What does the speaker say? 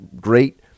great